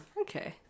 Okay